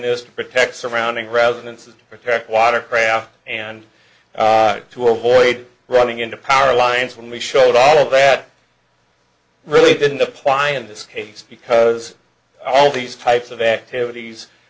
this to protect surrounding residences protect watercraft and to avoid running into power lines when we showed all that really didn't apply in this case because all these types of activities